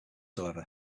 however